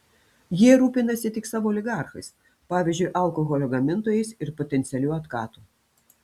jie rūpinasi tik savo oligarchais pavyzdžiui alkoholio gamintojais ir potencialiu otkatu